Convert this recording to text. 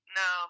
no